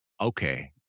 okay